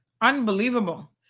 Unbelievable